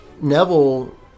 Neville